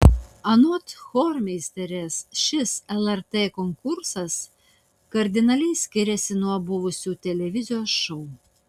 anot chormeisterės šis lrt konkursas kardinaliai skiriasi nuo buvusių televizijos šou